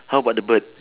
how about the bird